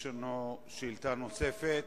יש לנו שאילתא נוספת.